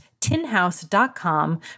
tinhouse.com